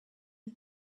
who